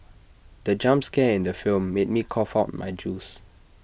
the jump scare in the film made me cough out my juice